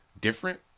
different